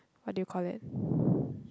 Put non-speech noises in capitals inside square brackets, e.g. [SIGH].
what do you call that [BREATH]